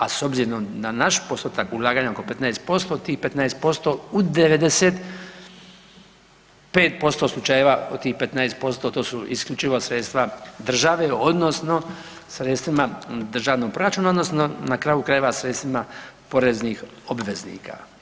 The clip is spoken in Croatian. A s obzirom na naš postotak ulaganja oko 15%, tih 15% u 95% slučajeva, tih 15% to su isključiva sredstva države, odnosno sredstvima Državnog proračuna, odnosno na kraju krajeva sredstvima poreznih obveznika.